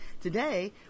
Today